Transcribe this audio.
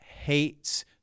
hates